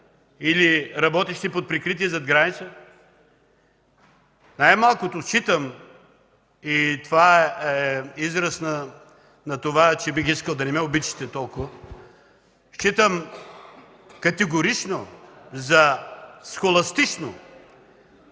или работещи под прикритие зад граница? Най-малкото, смятам, че това е израз на това, че бих искал да не ме обичате толкова и считам категорично за схоластична